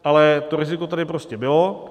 Ale to riziko tady prostě bylo.